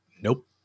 nope